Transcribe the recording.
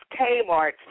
Kmart